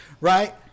Right